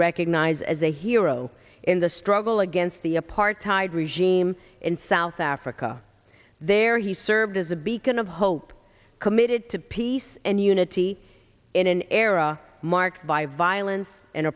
recognized as a hero in the struggle against the apartheid regime in south africa there he served as a beacon of hope committed to peace and unity in an era marked by violence and